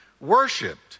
worshipped